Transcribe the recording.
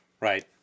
right